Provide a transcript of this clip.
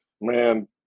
Man